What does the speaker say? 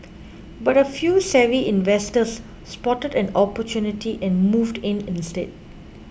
but a few savvy investors spotted an opportunity and moved in instead